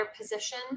position